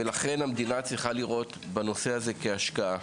ולכן המדינה צריכה לראות בנושא הזה כהשקעה.